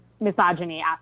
Misogyny